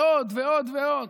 ועוד ועוד ועוד.